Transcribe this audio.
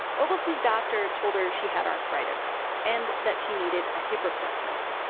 oglesby's doctor told her she had arthritis. and that she needed a hip replacement.